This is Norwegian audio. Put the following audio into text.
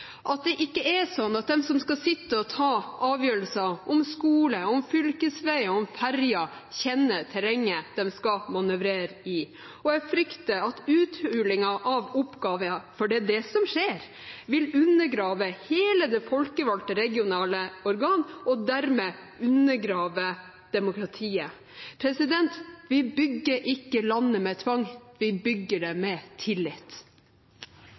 andre i fylket vårt sånn som det ser ut i dag, og fordi vi ønsker nærhet til beslutningene også der avstandene er store. Her frykter jeg at avstanden vil føre til avmakt, at de som skal sitte og ta avgjørelser om skole, om fylkesveier og om ferjer, ikke kjenner terrenget de skal manøvrere i. Jeg frykter at uthulingen av oppgaver – for det er det som skjer – vil undergrave hele